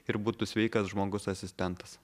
ir būtų sveikas žmogus asistentas